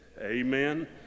Amen